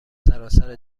سراسر